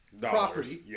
property